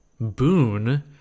boon